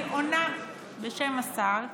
אני עונה בשם השר.